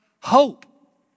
hope